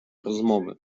rozmowy